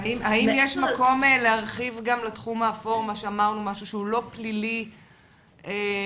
האם יש מקום להרחיב גם לתחום האפור משהו שהוא לא פלילי נטו,